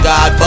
God